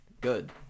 Good